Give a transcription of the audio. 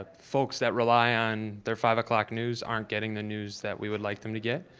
ah folks that rely on their five o'clock news aren't getting the news that we would like them to get.